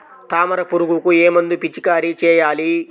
తామర పురుగుకు ఏ మందు పిచికారీ చేయాలి?